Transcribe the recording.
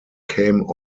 came